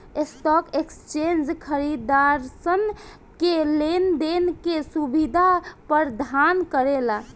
stock exchange खरीदारसन के लेन देन के सुबिधा परदान करेला